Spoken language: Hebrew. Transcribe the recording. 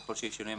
ככל שיש שינויים,